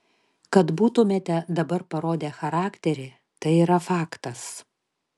kad būtumėme dabar parodę charakterį tai yra faktas